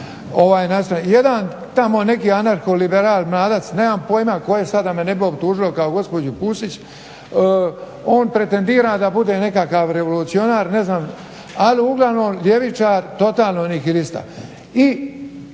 nastrojen. Jedan tamo neki anarho liberal mladac nemam pojma tko je sad da me ne bi optužili kao gospođu Pusić on pretendira da bude nekakav revolucionar ali uglavnom ljevičar totalno …/Govornik